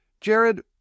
Jared